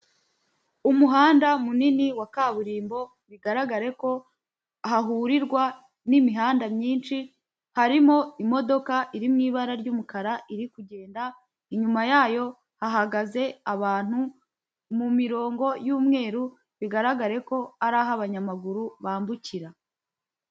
Umuhanda munini wa kaburimbo bigaragare ko hahurirwa n'imihanda myinshi harimo imodoka iri mu ibara ry'umukara iri kugenda inyuma yayo hagaze abantu mu mirongo y'umweru bigaragare ko ari aho abanyamaguru bambukira.